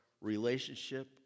relationship